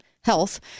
health